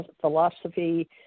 philosophy